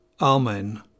Amen